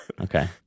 Okay